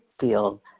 feel